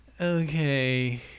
okay